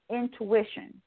intuition